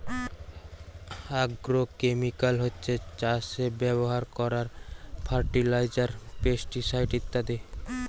agrochemical হচ্ছে চাষে ব্যাভার কোরার ফার্টিলাইজার, পেস্টিসাইড ইত্যাদি